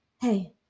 hey